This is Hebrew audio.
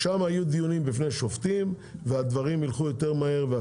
שם יהיו דיונים בפני שופטים והדברים ילכו יותר מהר.